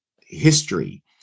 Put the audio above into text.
history